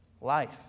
life